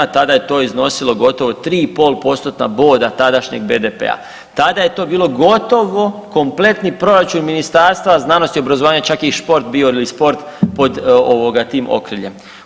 Tada je to iznosilo gotovo 3,5 postotna boda tadašnjeg BDP-a, tada je to bilo gotovo kompletni proračun Ministarstva znanosti i obrazovanja, čak i šport bio ili sport pod tim okriljem.